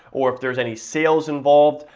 or if there's any sales involved.